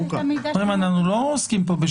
זו רשימה ארוכה.